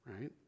right